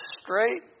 straight